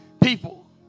people